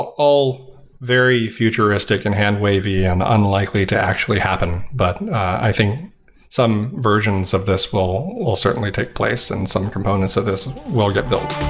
all very futuristic and hand-wavy and unlikely to actually happen, but i think some versions of this will will certainly take place in some components of this will get built.